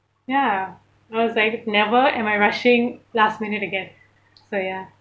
ya I was like never am I rushing last minute again so ya